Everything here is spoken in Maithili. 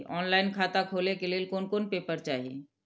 ऑनलाइन खाता खोले के लेल कोन कोन पेपर चाही?